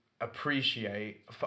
appreciate